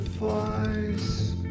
flies